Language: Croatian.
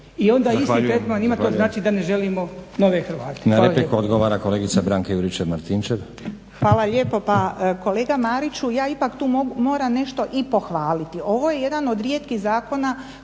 i onda isti tretman ima, to znači da ne želimo nove Hrvate.